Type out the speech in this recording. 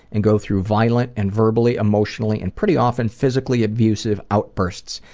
and go through violent and verbally emotional and pretty often physically abusive outbursts.